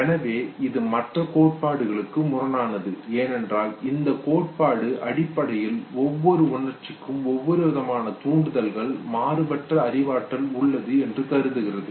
எனவே இது மற்ற கோட்பாடுகளுக்கு முரணானது ஏனென்றால் இந்த கோட்பாடு அடிப்படையில் ஒவ்வொரு உணர்ச்சிக்கும் ஒவ்வொருவிதமான தூண்டுதலில் மாறுபட்ட அறிவாற்றல் உள்ளது என்று கருதுகிறது